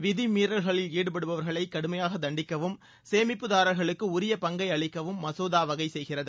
விதிமீறல்களில் ஈடுபவர்களை கடுமையாக தண்டிக்கவும் சேமிப்புதாரர்களுக்கு உரிய பங்கை அளிக்கவும் மசோதா வகை செய்கிறது